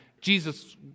Jesus